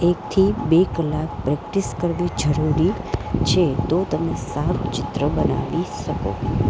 એકથી બે કલાક પ્રેક્ટીસ કરવી જરૂરી છે તો તમે સારું ચિત્ર બનાવી શકો